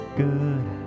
good